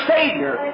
Savior